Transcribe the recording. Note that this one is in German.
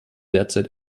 derzeit